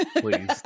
please